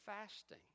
fasting